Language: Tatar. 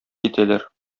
китәләр